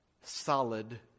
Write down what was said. solid